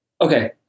Okay